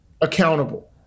accountable